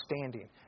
standing